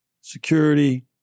security